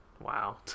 Wow